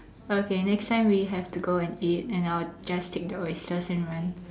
okay next time we have to go and eat and I'll just take the oysters and run